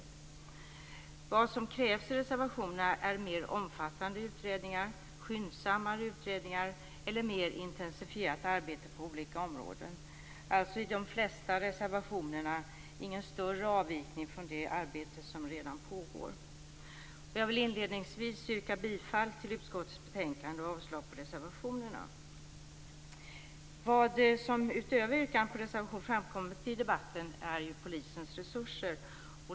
Det som krävs i reservationerna är mer omfattande utredningar, skyndsammare utredningar eller mer intensifierat arbete på olika områden. I de flesta reservationerna alltså ingen större avvikelse från det arbete som redan pågår. Jag vill inledningsvis yrka bifall till utskottets hemställan och avslag på reservationerna. Det som utöver yrkanden på reservationerna har framkommit i debatten är polisens resurser.